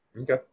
Okay